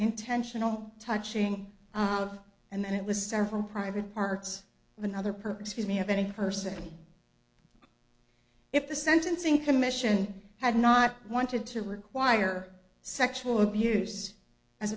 intentional touching of and then it was several private parts with another purpose may have any person if the sentencing commission had not wanted to require sexual abuse as